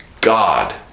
God